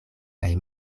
kaj